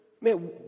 man